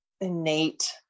innate